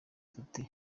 tuti